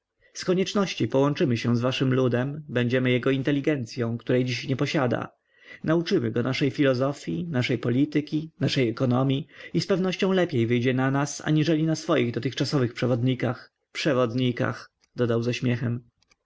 konieczności połączymy się z waszym ludem będziemy jego inteligencyą której dziś nie posiada nauczymy go naszej filozofii naszej polityki naszej ekonomii i zpewnością lepiej wyjdzie na nas aniżeli na swoich dotychczasowych przewodnikach przewodnikach dodał ze śmiechem